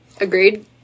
Agreed